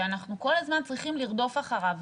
שאנחנו כל הזמן צריכים לרדוף אחריו.